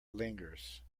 lingers